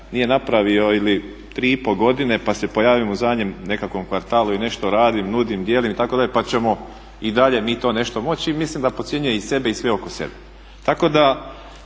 nije napravio ili 3,5 godine pa se pojavimo u zadnjem nekakvom kvartalu i nešto radim, nudim, dijelim itd. pa ćemo i dalje mi to nešto moći. Mislim da podcjenjuje i sebe i sve oko sebe. Tako da